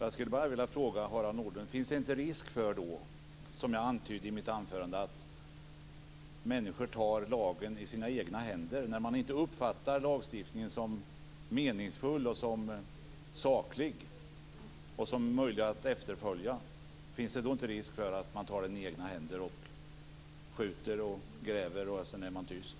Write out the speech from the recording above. Jag skulle bara vilja fråga Harald Nordlund om det inte finns risk för, som jag antydde i mitt anförande, att människor, när de inte uppfattar lagstiftningen som meningsfull, saklig och möjlig att efterfölja, tar lagen i egna händer, skjuter, gräver och sedan är tysta.